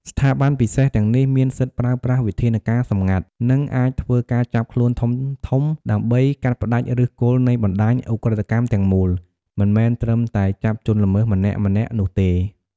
ស្ថាប័នពិសេសទាំងនេះមានសិទ្ធិប្រើប្រាស់វិធានការសម្ងាត់ និងអាចធ្វើការចាប់ខ្លួនធំៗ ដើម្បីកាត់ផ្តាច់ឫសគល់នៃបណ្តាញឧក្រិដ្ឋកម្មទាំងមូល មិនមែនត្រឹមតែចាប់ជនល្មើសម្នាក់ៗនោះទេ។